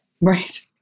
right